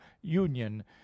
union